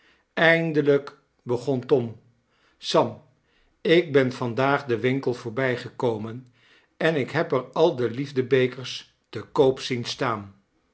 eindelijk begon tom sam ik ben vandaag den winkel voorbygekomen en ik heb er al de liefde-bekerstekoop zien staan